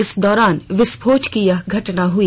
इसी दौरान विस्फोट की यह घटना हई